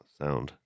sound